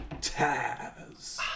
Taz